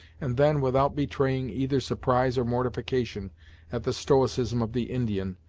and then, without betraying either surprise or mortification at the stoicism of the indian,